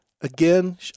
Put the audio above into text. Again